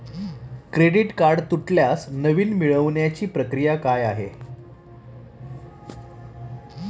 Credit card तुटल्यास नवीन मिळवण्याची प्रक्रिया काय आहे?